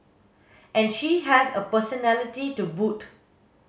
and she has a personality to boot